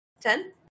Ten